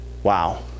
Wow